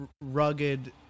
rugged